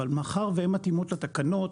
אבל מאחר והן מתאימות לתקנות,